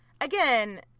Again